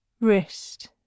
wrist